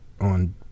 on